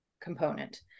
component